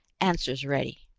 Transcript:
answers ready.